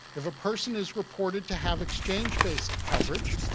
if a person is reported to have exchange-based coverage,